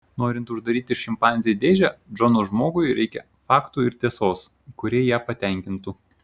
norint uždaryti šimpanzę į dėžę džono žmogui reikia faktų ir tiesos kurie ją patenkintų